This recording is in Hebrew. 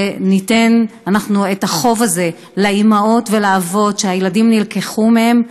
ונשלם את החוב הזה לאימהות ולאבות שהילדים נלקחו מהם,